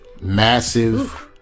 Massive